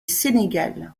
sénégal